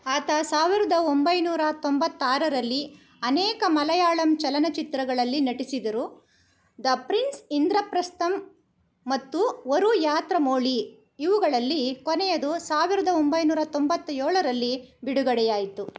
ಆತ ಸಾವಿರದ ಒಂಬೈನೂರ ತೊಂಬತ್ತಾರರಲ್ಲಿ ಅನೇಕ ಮಲಯಾಳಮ್ ಚಲನಚಿತ್ರಗಳಲ್ಲಿ ನಟಿಸಿದರು ದ ಪ್ರಿನ್ಸ್ ಇಂದ್ರಪ್ರಸ್ಥಮ್ ಮತ್ತು ಒರು ಯಾತ್ರ ಮೋಳಿ ಇವುಗಳಲ್ಲಿ ಕೊನೆಯದು ಸಾವಿರದ ಒಂಬೈನೂರ ತೊಂಬತ್ತೇಳರಲ್ಲಿ ಬಿಡುಗಡೆಯಾಯಿತು